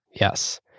Yes